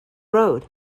road